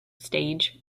stage